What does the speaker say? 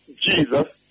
Jesus